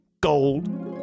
gold